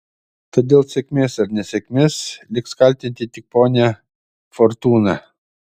tad dėl sėkmės ar nesėkmės liks kaltinti tik ponią fortūną